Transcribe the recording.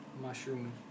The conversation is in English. mushroom